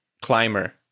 climber